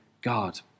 God